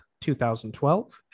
2012